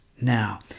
now